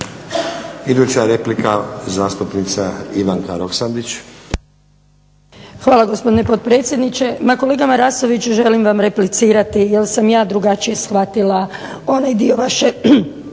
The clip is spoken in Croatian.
Iduća replika zastupnica Ivanka Roksandić. **Roksandić, Ivanka (HDZ)** Hvala gospodine potpredsjedniče. Ma kolega Marasović, želim vam replicirati jer sam ja drugačije shvatila onaj dio vaše,